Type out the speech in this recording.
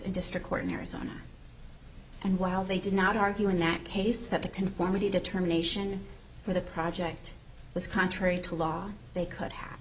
district court in arizona and while they did not argue in that case that the conformity determination for the project was contrary to law they could have